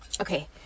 Okay